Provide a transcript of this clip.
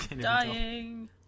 dying